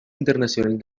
internacional